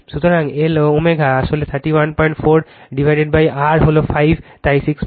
সুতরাং Lω আসলে 314 ভাগR হল 5 তাই 63